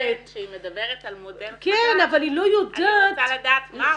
ולכן כשהיא מדברת על מודל חדש אני רוצה לדעת מהו.